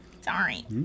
Sorry